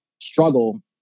struggle